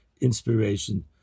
inspiration